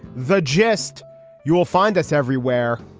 the gist you will find us everywhere,